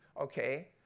Okay